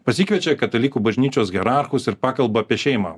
pasikviečia katalikų bažnyčios hierarchus ir pakalba apie šeimą